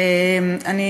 תודה,